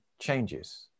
changes